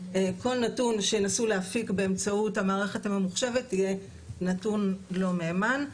כל נתון שינסו להפיק באמצעות המערכת הממוחשבת יהיה נתון לא נאמן.